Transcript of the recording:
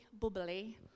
bubbly